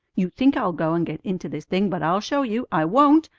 you think i'll go and get into this thing, but i'll show you. i won't!